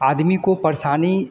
आदमी को परेशानी